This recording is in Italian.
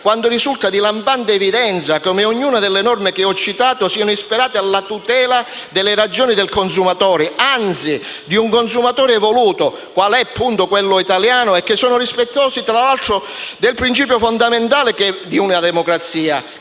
quando risulta di lampante evidenza come ognuna delle norme citate sia ispirata alla tutela delle ragioni del consumatore, anzi di un consumatore evoluto (quale è quello italiano), e sia rispettosa di un altro principio fondamentale in una democrazia,